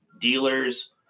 dealers